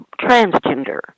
transgender